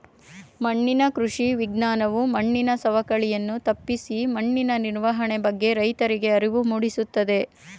ಮಣ್ಣಿನ ಕೃಷಿ ವಿಜ್ಞಾನವು ಮಣ್ಣಿನ ಸವಕಳಿಯನ್ನು ತಪ್ಪಿಸಿ ಮಣ್ಣಿನ ನಿರ್ವಹಣೆ ಬಗ್ಗೆ ರೈತರಿಗೆ ಅರಿವು ಮೂಡಿಸುತ್ತದೆ